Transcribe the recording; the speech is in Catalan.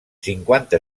cinquanta